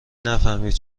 نفهمید